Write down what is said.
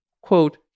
quote